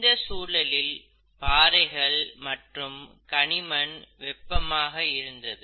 இந்த சூழலில் பாறைகள் மற்றும் களிமண் வெப்பமாக இருந்தது